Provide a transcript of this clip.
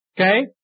okay